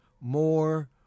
more